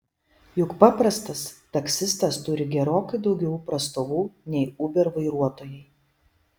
juk paprastas taksistas turi gerokai daugiau prastovų nei uber vairuotojai